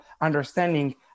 understanding